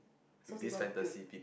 so people put